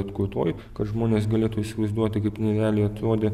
atkurtoji kad žmonės galėtų įsivaizduoti kaip jinai realiai atrodė